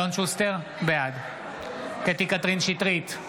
בעד קטי קטרין שטרית,